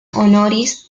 honoris